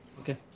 Okay